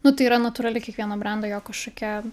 nu tai yra natūrali kiekvieno brendo jo kažkokia